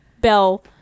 bell